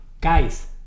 guys